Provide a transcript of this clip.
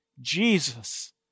Jesus